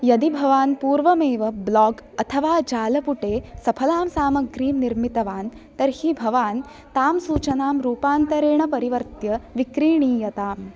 यदि भवान् पूर्वमेव ब्लोग् अथवा जालपुटे सफलां सामग्रीं निर्मितवान् तर्हि भवान् तां सूचनां रूपान्तरेण परिवर्त्य विक्रीयताम्